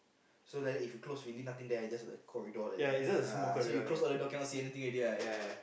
so like that if you close really nothing there just a corridor like that ya so you close all the doors cannot see anything already right